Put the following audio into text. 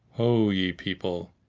ho, ye people!